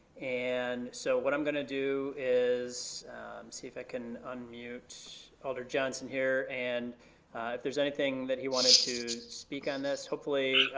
and so what i'm gonna do is see if i can unmute alder johnson here, and if there's anything that he wanted to speak on this, hopefully,